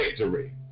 victory